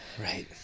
Right